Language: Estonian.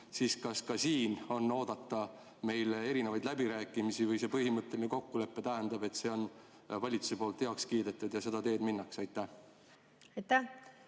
siis kas ka siin on oodata erinevaid läbirääkimisi või see põhimõtteline kokkulepe tähendab, et see on valitsuses heaks kiidetud ja seda teed minnakse? Aitäh! Eile,